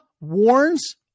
warns